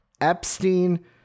Epstein